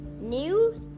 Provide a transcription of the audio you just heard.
News